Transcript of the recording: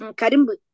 karimbu